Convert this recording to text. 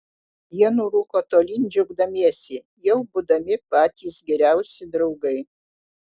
jie nurūko tolyn džiaugdamiesi jau būdami patys geriausi draugai